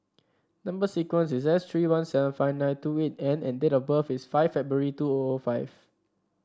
number sequence is S three one seven five nine two eight N and date of birth is five February two O O five